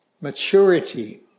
maturity